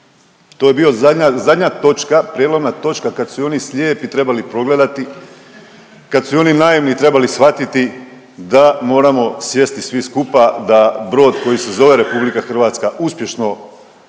To je bio zadnja, zadnja točka, prijelomna točka kad su i oni slijepi trebali progledati, kad su i oni naivni trebali shvatiti da moramo sjesti svi skupa da brod koji se zove RH uspješno